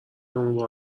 اون